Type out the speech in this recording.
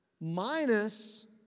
minus